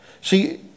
See